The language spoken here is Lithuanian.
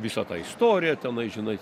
visą tą istoriją tenai žinai